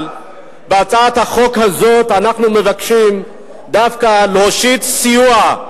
בהצעת החוק הזאת אנחנו מבקשים דווקא להושיט סיוע,